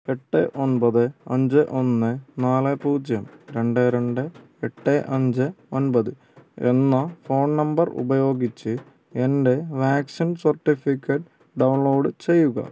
എട്ട് ഒൻപത് അഞ്ച് ഒന്ന് നാല് പൂജ്യം രണ്ട് രണ്ട് എട്ട് അഞ്ച് ഒൻപത് എന്ന ഫോൺ നമ്പർ ഉപയോഗിച്ച് എൻ്റെ വാക്സിൻ സർട്ടിഫിക്കറ്റ് ഡൗൺലോഡ് ചെയ്യുക